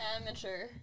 Amateur